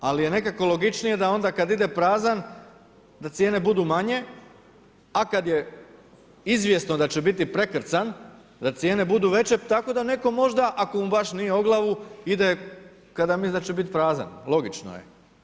Ali je nekako logičnije, da onda kada ide prazan, da cijene budu manje, a kada je izvjesno da će biti prekrcan, da cijene budu veće, tako da netko možda, ako mu baš nije o glavu, ide kada misli da će biti prazan, logično je.